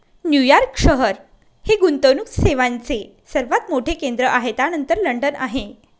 New York शहर हे गुंतवणूक सेवांचे सर्वात मोठे केंद्र आहे त्यानंतर लंडन आहे